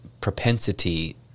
propensity